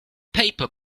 paper